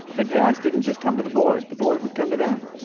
and parents didn't just come to the board. the board would come to them.